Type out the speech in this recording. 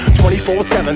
24-7